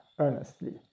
Earnestly